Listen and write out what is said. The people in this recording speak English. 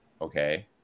okay